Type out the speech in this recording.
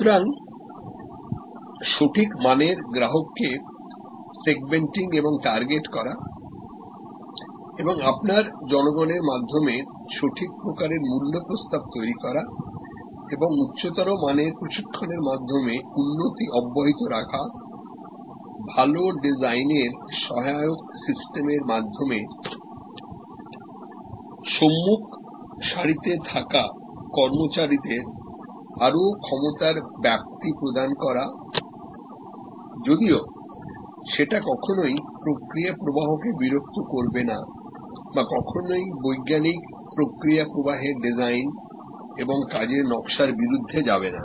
সুতরাং সঠিক মানের গ্রাহককে সেগমেন্টিং এবং টার্গেট করা এবং আপনার জনগণের মাধ্যমে সঠিক প্রকারের মূল্য প্রস্তাব তৈরি করা এবং উচ্চতর মানের প্রশিক্ষণের মাধ্যমে উন্নতি অব্যাহত রাখা ভাল ডিজাইনের সহায়ক সিস্টেমেরমাধ্যমে সম্মুখ সারিতে থাকা কর্মচারীদের আরো ক্ষমতার ব্যপ্তিপ্রদান করা যদিও সেটা কখনোই প্রক্রিয়া প্রবাহকে বিরক্ত করবে না বা কখনোইবৈজ্ঞানিক প্রক্রিয়াপ্রবাহের ডিজাইন এবং কাজের নকশার বিরুদ্ধে যাবে না